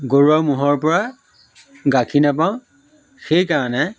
গৰুৱা ম'হৰ পৰা গাখীৰ নাপাওঁ সেইকাৰণে